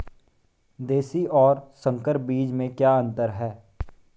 देशी और संकर बीज में क्या अंतर है?